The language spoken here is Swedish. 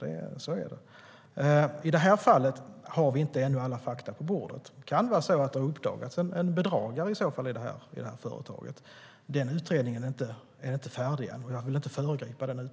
Så är det.I det här fallet har vi ännu inte alla fakta på bordet. Det kan vara så att en bedragare har uppdagats i företaget. Utredningen är inte färdig än, och jag vill inte föregripa den.